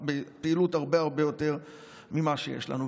בפעילות הרבה הרבה יותר ממה שיש לנו.